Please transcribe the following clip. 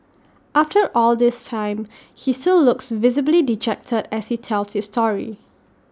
after all this time he still looks visibly dejected as he tells this story